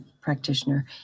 practitioner